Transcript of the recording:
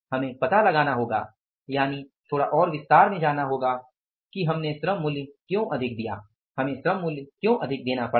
हमें पता लगाना होगा यानि थोड़ा और विस्तार में जाना होगा कि हमें श्रम मूल्य क्यों अधिक देना पड़ा